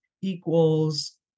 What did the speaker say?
equals